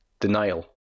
Denial